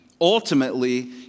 ultimately